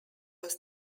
was